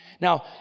Now